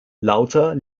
lauter